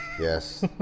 Yes